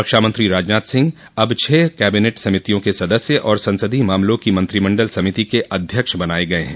रक्षामंत्री राजनाथ सिंह अब छह कैबिनेट समितियों के सदस्य और संसदीय मामलों की मंत्रिमंडल समिति के अध्यक्ष बनाये गये हैं